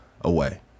away